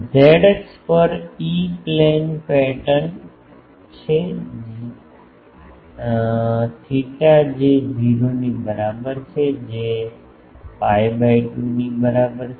Z અક્ષ પર E plane pattern છે થેટા જે 0 ની બરાબર છે જે pi બાય 2 ની બરાબર છે